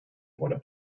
wurde